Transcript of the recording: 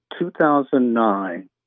2009